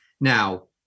Now